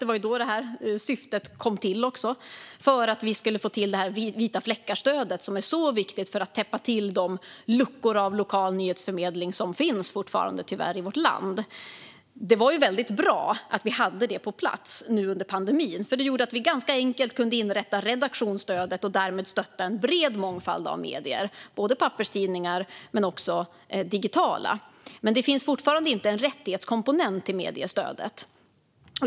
Det var då detta syfte kom till för att vi skulle få till vita fläckar-stödet, som är så viktigt för att täppa till de luckor av lokal nyhetsförmedling som tyvärr fortfarande finns i vårt land. Det var väldigt bra att vi hade det på plats nu under pandemin, för det gjorde att vi ganska enkelt kunde inrätta redaktionsstödet och därmed stötta en bred mångfald av medier, både papperstidningar och digitala tidningar. Men det finns fortfarande inte en rättighetskomponent i mediestödet.